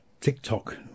TikTok